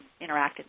interacted